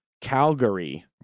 Calgary